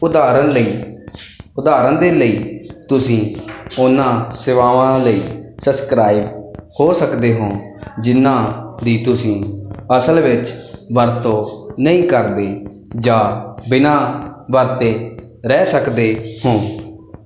ਉਦਾਹਰਣ ਲਈ ਉਦਾਹਰਣ ਦੇ ਲਈ ਤੁਸੀਂ ਉਨ੍ਹਾਂ ਸੇਵਾਵਾਂ ਲਈ ਸਬਸਕ੍ਰਾਈਬ ਹੋ ਸਕਦੇ ਹੋ ਜਿਨ੍ਹਾਂ ਦੀ ਤੁਸੀਂ ਅਸਲ ਵਿੱਚ ਵਰਤੋਂ ਨਹੀਂ ਕਰਦੇ ਜਾਂ ਬਿਨਾ ਵਰਤੇ ਰਹਿ ਸਕਦੇ ਹੋ